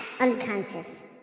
unconscious